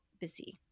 busy